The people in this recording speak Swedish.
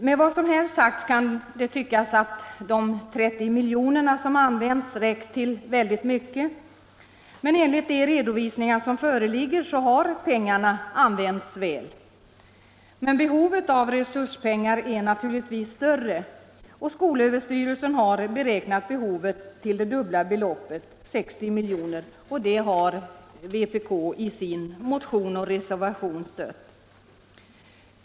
Med vad som nu sagts kan det tyckas att de 30 miljoner som använts har räckt till väldigt mycket, och enligt de redovisningar som föreligger har pengarna använts väl. Men behovet av resurspengar är naturligtvis större. Skolöverstyrelsen har beräknat behovet till dubbla beloppet, 60 miljoner, och det har vpk i sin motion och reservation föreslagit.